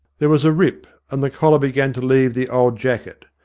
there was a rip, and the collar began to leave the old jacket.